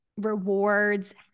rewards